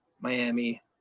Miami